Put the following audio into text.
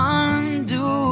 undo